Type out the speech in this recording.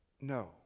no